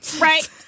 Right